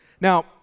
Now